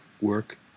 work